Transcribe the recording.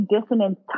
dissonance